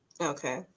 okay